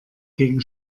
gegen